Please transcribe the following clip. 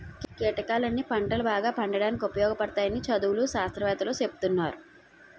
కీటకాలన్నీ పంటలు బాగా పండడానికి ఉపయోగపడతాయని చదువులు, శాస్త్రవేత్తలూ సెప్తున్నారు